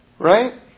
Right